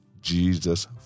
Jesus